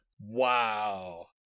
Wow